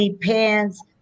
Pants